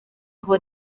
aho